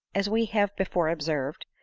as we have before observed,